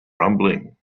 rumbling